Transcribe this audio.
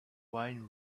wine